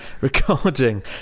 recording